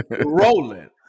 rolling